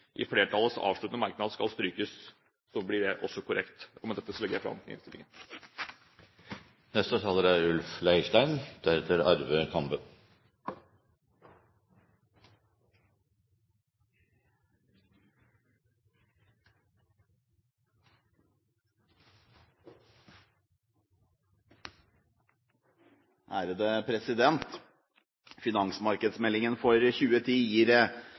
i flertallets avsluttende merknad skal strykes, så blir det korrekt. Med dette anbefaler jeg innstillingen. Finansmarkedsmeldingen for 2010